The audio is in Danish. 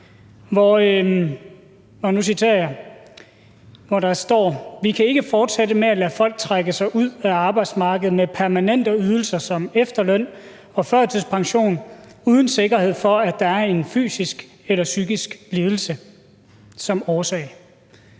citerer jeg: Vi kan ikke fortsætte med at lade folk trække sig ud af arbejdsmarkedet med permanente ydelser som efterløn og førtidspension uden sikkerhed for, at der er en fysisk eller psykisk lidelse som årsag.